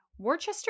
Worcester